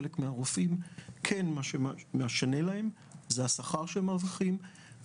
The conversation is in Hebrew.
לחלק מהרופאים כן משנה השכר שהם מרוויחים,